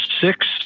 six